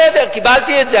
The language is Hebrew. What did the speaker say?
בסדר, קיבלתי את זה.